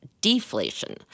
deflation